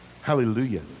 Hallelujah